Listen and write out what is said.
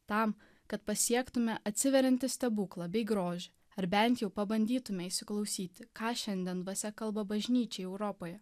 tam kad pasiektume atsiveriantį stebuklą bei grožį ar bent pabandytume įsiklausyti ką šiandien dvasia kalba bažnyčiai europoje